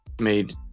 made